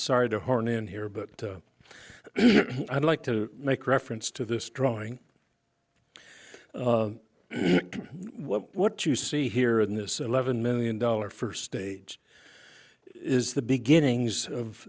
sorry to horn in here but i'd like to make reference to this drawing what you see here in this eleven million dollar first stage is the beginnings of